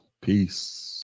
Peace